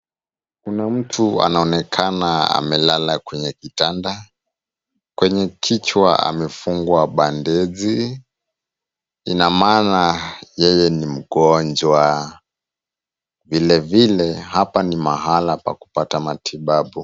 Kuna mtu anaonekana amelala kwenye kitanda. Kwenye kichwa amefungwa bandeji. Ina maana yeye ni mgonjwa vilevile hapa ni mahala pa kupata matibabu.